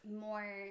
more